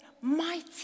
Mighty